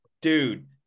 Dude